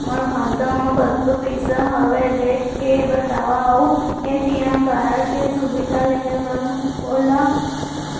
मोर खाता मा कतका पइसा हवये देख के बतावव अऊ ए.टी.एम कारड के सुविधा लेहे बर मोला